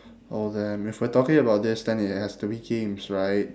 oh then if we're talking about this then it has to be games right